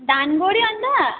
धान गोड्यो अन्त